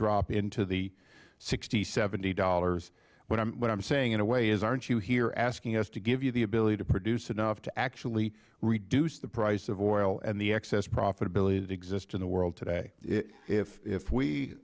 drop into the sixty seventy dollars what i'm saying in a way is aren't you here asking us to give you the ability to produce enough to actually reduce the price of oil and the excess profitability that exists in the world today